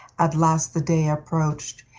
at last the day approached,